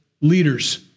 leaders